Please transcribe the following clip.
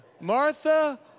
Martha